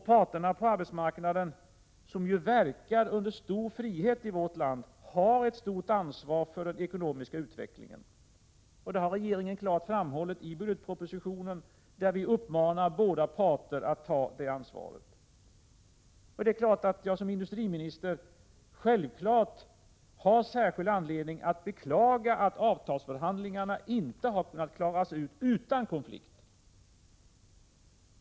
Parterna på arbetsmarknaden, som verkar under stor frihet i vårt land, har ett stort ansvar för den ekonomiska utvecklingen, och det har regeringen klart framhållit i budgetpropositionen, där vi uppmanar båda parter att ta det ansvaret. Som industriminister har jag självfallet särskild anledning att beklaga att avtalsförhandlingarna inte har kunnat klaras av utan konflikt.